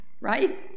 right